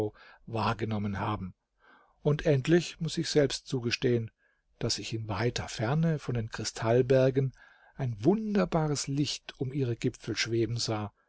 wahrgenommen haben und endlich muß ich selbst zugestehen daß ich in weiter ferne von den kristallbergen ein wunderbares licht um ihre gipfel schweben sah